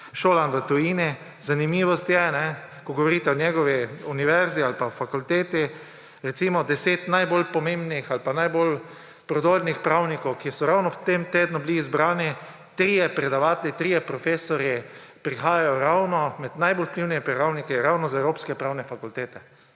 šolan v tujini. Zanimivost je, ko govorite o njegovi univerzi ali pa fakulteti, deset najbolj pomembnih ali pa najbolj prodornih pravnikov, ki so bili ravno v tem tednu izbrani, trije predavatelji, trije profesorji prihajajo ravno med najbolj vplivnimi pravniki in ravno iz Evropske pravne fakultete.